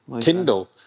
Kindle